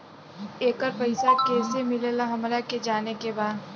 येकर पैसा कैसे मिलेला हमरा के जाने के बा?